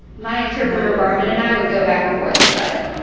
my interpreter barmin and i would go back and forth about it